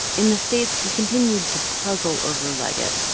in the states, he continued to puzzle over liget.